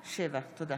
ושאלה שוטרת